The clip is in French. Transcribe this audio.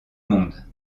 monde